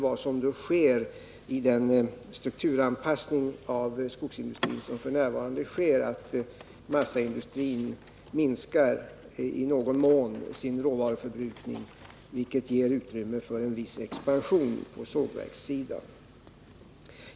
Vad som händer i den strukturanpassning av skogsindustrin som f. n. pågår är att massaindustrin i någon mån minskar sin råvaruförbrukning, vilket ger utrymme för en viss expansion på sågverkssidan.